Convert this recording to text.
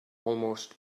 almost